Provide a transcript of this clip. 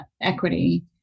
equity